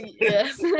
Yes